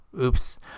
oops